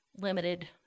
limited